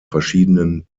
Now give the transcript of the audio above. verschiedenen